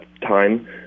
time